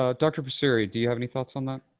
ah dr. passeri, do you have any thoughts on that?